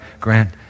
grant